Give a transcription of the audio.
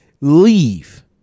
leave